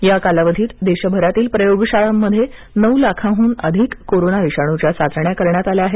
या कालावधीत देशभरातील प्रयोगशाळांमध्ये नऊ लाखांहून अधिक कोरोना विषाणूच्या चाचण्या करण्यात आहेत